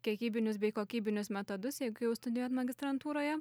kiekybinius bei kokybinius metodus jeigu jau studijuojat magistrantūroje